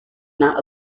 not